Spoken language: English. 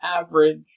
average